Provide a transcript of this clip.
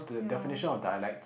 yeah